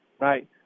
right